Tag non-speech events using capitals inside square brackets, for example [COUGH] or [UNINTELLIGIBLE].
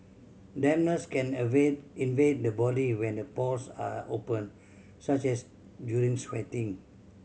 dampness can [UNINTELLIGIBLE] invade the body when the pores are open such as during sweating